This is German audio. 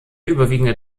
überwiegende